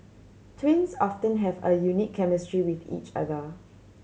twins often have a unique chemistry with each other